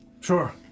sure